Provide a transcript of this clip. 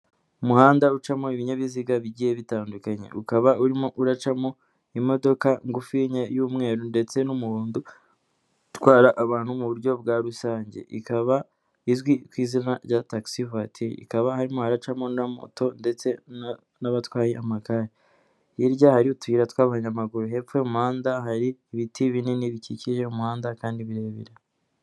Umuhanda ucamo ibinyabiziga bigiye bitandukanye, ukaba urimo uracamo imodoka ngufiya y'umweru ndetse n'umuhondo itwara abantu mu buryo bwa rusange, ikaba izwi ku izina rya tagisi vatiri, ikaba harimo haracamo na moto ndetse n'abatwaye amagare, hirya hari utuyira tw'abanyamaguru hepfo y'umuhanda hari ibiti binini bikikije umuhanda kandi birebire.